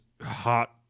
hot